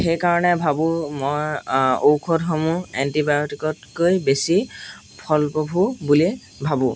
সেইকাৰণে ভাবোঁ মই ঔষধসমূহ এণ্টিবায়'টিকতকৈ বেছি ফলপ্ৰসু বুলি ভাবোঁ